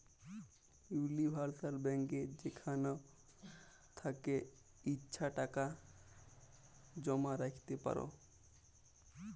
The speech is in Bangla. উলিভার্সাল ব্যাংকে যেখাল থ্যাকে ইছা টাকা জমা রাইখতে পার